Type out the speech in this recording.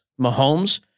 Mahomes